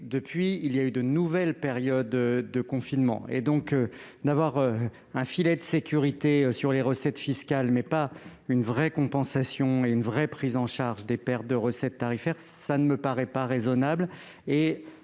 depuis, il y a eu de nouvelles périodes de confinement. Disposer d'un filet de sécurité sur les recettes fiscales mais pas d'une véritable compensation et d'une vraie prise en charge des pertes de recettes tarifaires, cela ne me paraît pas raisonnable.